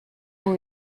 ont